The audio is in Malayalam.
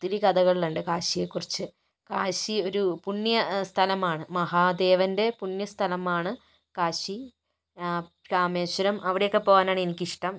ഒത്തിരി കഥകളിലുണ്ട് കാശിയെക്കുറിച്ച് കാശി ഒരു പുണ്യ സ്ഥലമാണ് മഹാദേവൻ്റെ പുണ്യസ്ഥലമാണ് കാശി രാമേശ്വരം അവിടെയൊക്കെ പോകാനാണ് എനിക്കിഷ്ടം